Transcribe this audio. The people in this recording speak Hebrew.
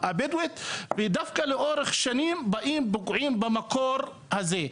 הבדואית ודווקא לאורך שנים באים ופוגעים במקור הזה.